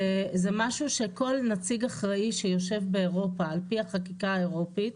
זה משהו שכל נציג אחראי שיושב באירופה על פי החקיקה האירופית,